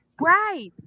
Right